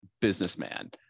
businessman